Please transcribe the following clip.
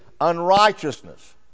unrighteousness